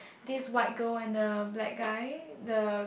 this white girl and the black guy the